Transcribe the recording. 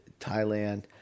Thailand